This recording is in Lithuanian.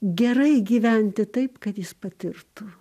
gerai gyventi taip kad jis patirtų